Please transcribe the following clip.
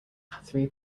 three